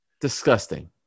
disgusting